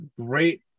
great